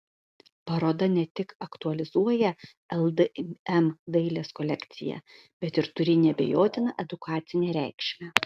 paroda ne tik aktualizuoja ldm dailės kolekciją bet ir turi neabejotiną edukacinę reikšmę